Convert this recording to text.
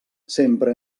sempre